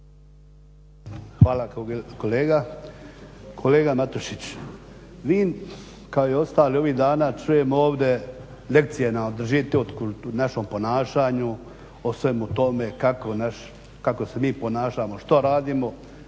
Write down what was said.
Hvala kolega. Kolega Matušić, vi kao i ostali ovih dana čujemo ovdje lekcije nam držite o našem ponašanju, o svemu tome kako se mi ponašamo, što radimo.